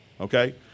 Okay